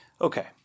Okay